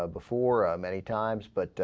ah before ah. many times but ah.